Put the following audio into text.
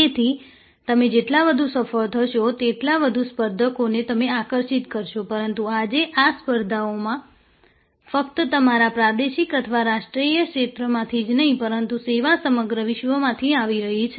તેથી તમે જેટલા વધુ સફળ થશો તેટલા વધુ સ્પર્ધકોને તમે આકર્ષિત કરશો પરંતુ આજે આ સ્પર્ધાઓ ફક્ત તમારા પ્રાદેશિક અથવા રાષ્ટ્રીય ક્ષેત્રમાંથી જ નહીં પરંતુ સેવા સમગ્ર વિશ્વમાંથી આવી રહી છે